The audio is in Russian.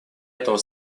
этого